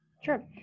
Sure